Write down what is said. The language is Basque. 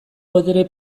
botere